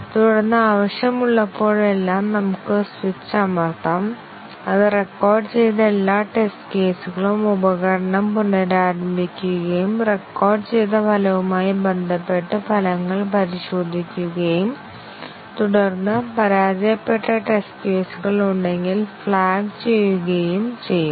തുടർന്ന് ആവശ്യമുള്ളപ്പോഴെല്ലാം നമുക്ക് സ്വിച്ച് അമർത്താം അത് റെക്കോർഡ് ചെയ്ത എല്ലാ ടെസ്റ്റ് കേസുകളും ഉപകരണം പുനരാരംഭിക്കുകയും റെക്കോർഡ് ചെയ്ത ഫലവുമായി ബന്ധപ്പെട്ട് ഫലങ്ങൾ പരിശോധിക്കുകയും തുടർന്ന് പരാജയപ്പെട്ട ടെസ്റ്റ് കേസുകൾ ഉണ്ടെങ്കിൽ ഫ്ലാഗ് ഫ്ലാഗ് ചെയ്യുകയും ചെയ്യും